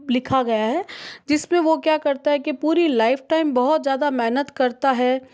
लिखा गया हैं जिसपे वह क्या करता है कि पूरी लाइफ टाइम बहुत ज़्यादा मेहनत करता है